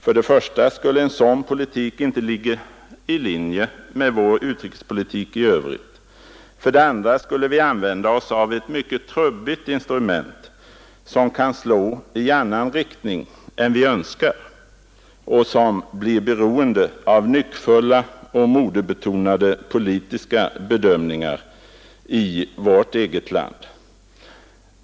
För det första skulle en sådan politik inte ligga i linje med vår utrikespolitik i övrigt. För det andra skulle vi använda ett mycket trubbigt instrument, som kan slå i annan riktning än vi önskar och som blir beroende av nyckfulla och modebetonade politiska bedömningar i vårt eget land.